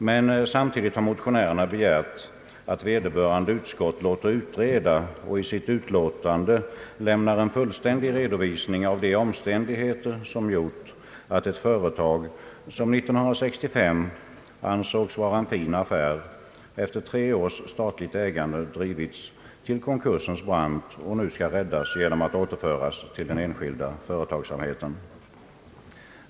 Motionärerna har emellertid begärt att vederbörande utskott låter utreda och i sitt utlåtande lämnar en fullständig redovisning av de omständigheter som gjort att ett företag som år 1965 ansågs vara en fin affär efter tre års statligt ägande drivits till konkursens brant och nu skall räddas genom att återföras till den enskilda företagsamheten.